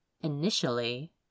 initially